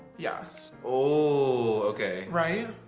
yes. oh okay, right.